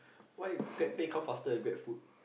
why Grabpay come faster then Grabfood